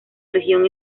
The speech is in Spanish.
región